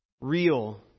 Real